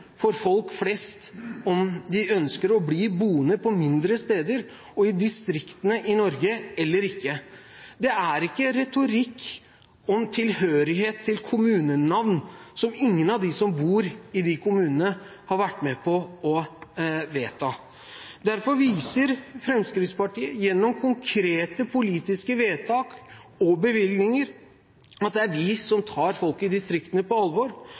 for folk flest om de ønsker å bli boende på mindre steder og i distriktene i Norge eller ikke, det gjør ikke retorikk om tilhørighet til kommunenavn som ingen av dem som bor i de kommunene, har vært med på å vedta. Derfor viser Fremskrittspartiet gjennom konkrete politiske vedtak og bevilgninger at det er vi som tar folk i distriktene på alvor,